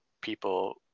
people